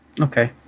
Okay